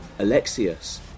Alexius